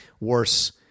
worse